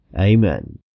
Amen